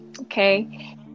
okay